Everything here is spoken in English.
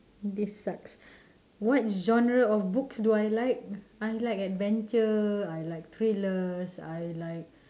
this sucks what genre of books do I like I like adventure I like thrillers I like